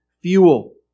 fuel